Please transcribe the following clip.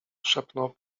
szepnął